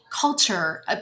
culture